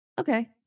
Okay